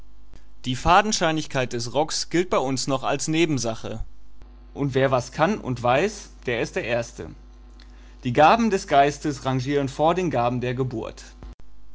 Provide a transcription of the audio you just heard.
die fadenscheinigkeit des rocks gilt bei uns noch als nebensache und wer was kann und weiß der ist der erste die gaben des geistes rangieren vor den gaben der geburt